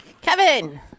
Kevin